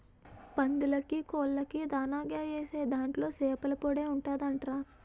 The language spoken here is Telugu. పందులకీ, కోళ్ళకీ దానాగా ఏసే దాంట్లో సేపల పొడే ఉంటదంట్రా